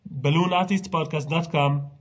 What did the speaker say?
BalloonArtistPodcast.com